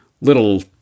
little